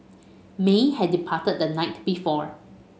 may had departed the night before